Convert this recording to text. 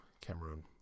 Cameroon